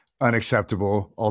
unacceptable